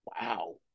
Wow